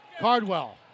Cardwell